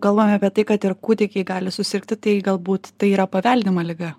kalbam apie tai kad ir kūdikiai gali susirgti tai galbūt tai yra paveldima liga